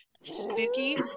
spooky